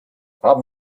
haben